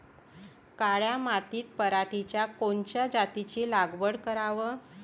काळ्या मातीत पराटीच्या कोनच्या जातीची लागवड कराव?